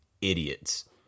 idiots